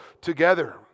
together